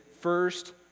first